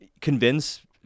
convince